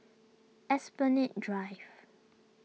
Esplanade Drive